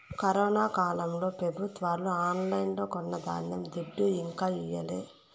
corona కాలంల పెబుత్వాలు ఆన్లైన్లో కొన్న ధాన్యం దుడ్డు ఇంకా ఈయలే